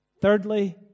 Thirdly